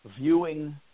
viewing